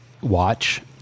watch